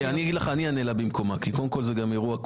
אני אענה לך במקומה כי קודם כל זה גם אירוע,